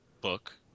book